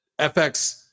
FX